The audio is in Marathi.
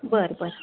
बरं बरं